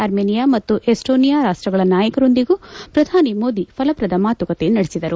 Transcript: Armenia ಮತ್ತು Estonia ರಾಷ್ಟ್ರಗಳ ನಾಯಕರೊಂದಿಗೂ ಪ್ರಧಾನಿ ಮೋದಿ ಫಲಪ್ರದ ಮಾತುಕತೆ ನಡೆಸಿದರು